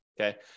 okay